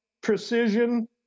precision